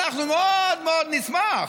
אנחנו מאוד מאוד נשמח.